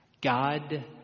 God